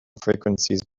frequencies